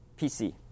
PC